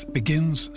begins